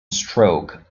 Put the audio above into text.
stroke